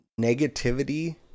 negativity